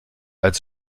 als